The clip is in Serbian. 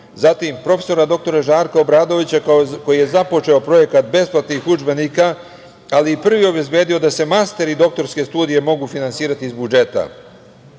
zatim profesora doktora Žarka Obradovića koji je započeo projekat besplatnih udžbenika, ali i prvi obezbedio da se master i doktorske studije mogu finansirati iz budžeta,